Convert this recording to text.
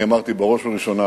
אני אמרתי, בראש ובראשונה,